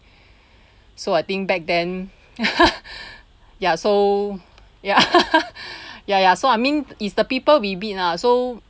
so I think back then ya so ya ya ya so I mean it's the people we meet lah so